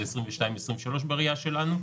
זה 22' 23' בראייה שלנו.